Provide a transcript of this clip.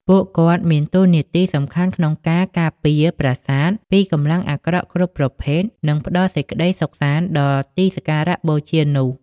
ពួកគាត់មានតួនាទីសំខាន់ក្នុងការ ការពារប្រាសាទ ពីកម្លាំងអាក្រក់គ្រប់ប្រភេទ និងផ្តល់សេចក្តីសុខសាន្តដល់ទីសក្ការៈបូជានោះ។